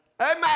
Amen